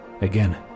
again